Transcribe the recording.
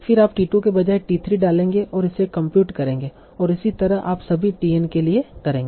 फिर आप t 2 के बजाय t 3 डालेंगे और इसे कंप्यूट करेंगे और इसी तरह आप सभी t n के लिए करेंगे